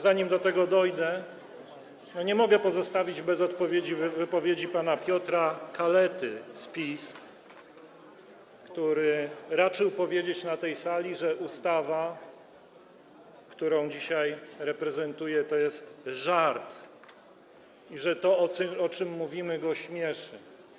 Zanim do tego dojdę, nie mogę pozostawić bez odpowiedzi wypowiedzi pana Piotra Kalety z PiS, który raczył powiedzieć na tej sali, że ustawa, którą dzisiaj prezentuję, to jest żart i że to, o czym mówimy, go śmieszy.